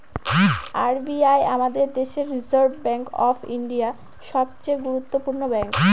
R B I আমাদের দেশের reserve bank of India, সবচে গুরুত্বপূর্ণ ব্যাঙ্ক